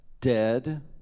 dead